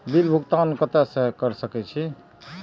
Bill भुगतान केते से कर सके छी?